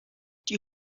die